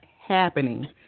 happening